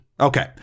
Okay